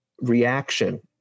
reaction